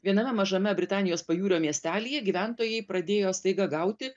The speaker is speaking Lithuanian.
viename mažame britanijos pajūrio miestelyje gyventojai pradėjo staiga gauti